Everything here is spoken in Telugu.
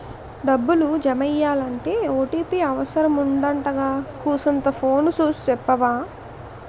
డబ్బులు జమెయ్యాలంటే ఓ.టి.పి అవుసరమంటగదా కూసంతా ఫోను సూసి సెప్పవా